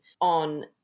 on